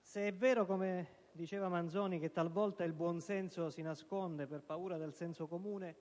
se è vero, come diceva Manzoni, che talvolta il buon senso si nasconde per paura del senso comune,